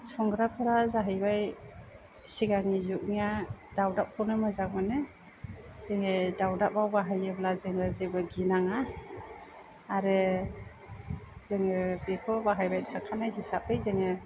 संग्राफ्रा जाहैबाय सिगांनि जुगनिया दावदाबखौनो मोजां मोनो जोङो दावदाबाव बाहायोब्ला जोङो जेबो गिनाङा आरो जोङो बेखौ बाहायबाय थाखानाय हिसाबै जोङो